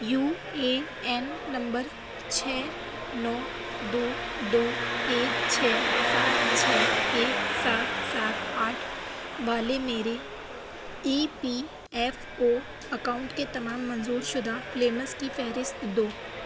you A N نمبر چھ نو دو دو ایک چھ سات چھ ایک سات سات آٹھ والے میرے E P F O account کے تمام منظور شدہ کلیمز کی فہرست دو